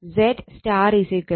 ZY Z ∆3 ആണ്